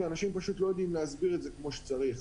ואנשים פשוט לא יודעים להסביר את זה כמו שצריך.